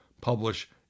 publish